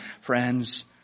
Friends